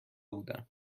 بودند